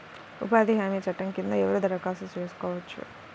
ఉపాధి హామీ చట్టం కింద ఎవరు దరఖాస్తు చేసుకోవచ్చు?